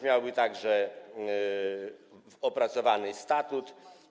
Miałby on także opracowany statut.